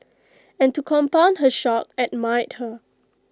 and to compound her shock admired her